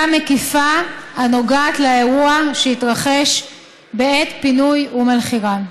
מקיפה הנוגעת לאירוע שהתרחש בעת פינוי אום אל-חיראן.